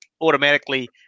automatically